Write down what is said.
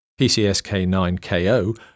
PCSK9KO